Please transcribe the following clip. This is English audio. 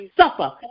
suffer